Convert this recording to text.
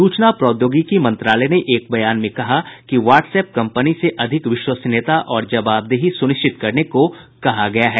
सूचना प्रौद्योगिकी मंत्रालय ने एक बयान में कहा कि व्हाट्स ऐप कंपनी से अधिक विश्वसनीयता और जवाबदेही सुनिश्चित करने को कहा गया है